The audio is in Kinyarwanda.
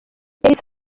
yahise